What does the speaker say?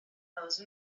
those